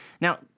Now